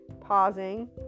pausing